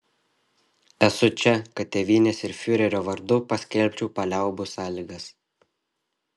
esu čia kad tėvynės ir fiurerio vardu paskelbčiau paliaubų sąlygas